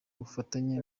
ubufatanye